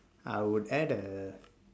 I would add a